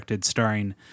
Starring